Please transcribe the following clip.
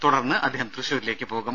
തുടർന്ന് അദ്ദേഹം ത്യശൂരിലേക്ക് പോകും